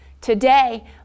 Today